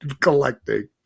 collecting